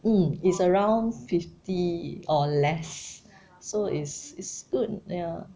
mm is around fifty or less so is is good ya